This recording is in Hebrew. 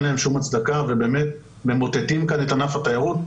להם שום הצדקה ובאמת ממוטטים כאן את ענף התיירות.